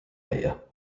käia